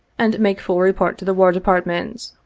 and make full re port to the war department.